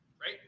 right